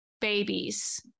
babies